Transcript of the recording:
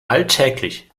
alltäglich